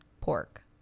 pork